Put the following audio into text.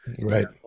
Right